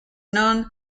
known